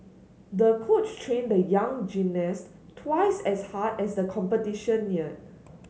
the coach trained the young gymnast twice as hard as the competition neared